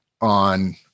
on